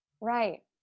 Right